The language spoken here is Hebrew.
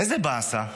איזה באסה,